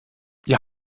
ihr